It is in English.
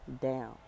down